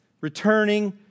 Returning